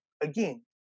again